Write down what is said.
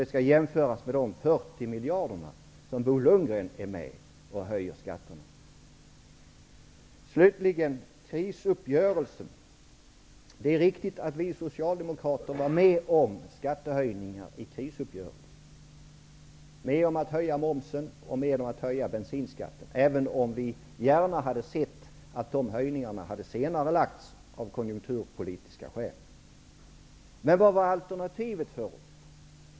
Det skall jämföras med de 40 miljarder som Bo Lundgren är med på att höja skatten med. Det är riktigt att vi socialdemokrater var med om skattehöjningar i krisuppgörelsen. Vi var med om att höja momsen och bensinskatten, även om vi gärna hade sett att höjningarna hade senarelagts av konjunkturpolitiska skäl. Men vad var alternativet för oss?